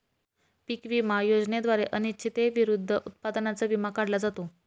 पीक विमा योजनेद्वारे अनिश्चिततेविरुद्ध उत्पादनाचा विमा काढला जातो